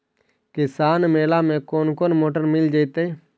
किसान मेला में कोन कोन मोटर मिल जैतै?